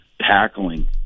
tackling